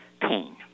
pain